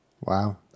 Wow